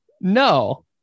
No